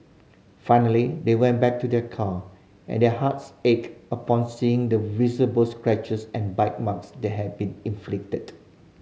finally they went back to their car and their hearts ached upon seeing the visible scratches and bite marks that had been inflicted